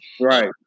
Right